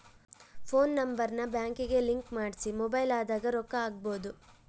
phone number ನ ಬ್ಯಾಂಕಿಗೆ link ಮಾಡ್ಸಿ ಮೊಬೈಲದಾಗ ರೊಕ್ಕ ಹಕ್ಬೊದು